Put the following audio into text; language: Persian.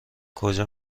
کجا